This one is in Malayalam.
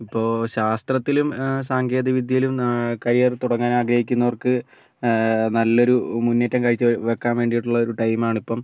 ഇപ്പോൾ ശാസ്ത്രത്തിലും സാങ്കേതികവിദ്യയിലും കരിയർ തുടങ്ങാൻ ആഗ്രഹിക്കുന്നവർക്ക് നല്ലൊരു മുന്നേറ്റം കാഴ്ച്ച വയ്ക്കാൻ വേണ്ടിയിട്ട് ഉള്ളൊരു ടൈമാണ് ഇപ്പം